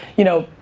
you know,